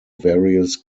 various